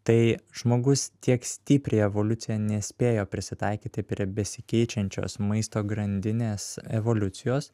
tai žmogus tiek stipriai evoliucijoj nespėjo prisitaikyti prie besikeičiančios maisto grandinės evoliucijos